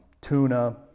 tuna